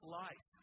life